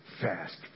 Fast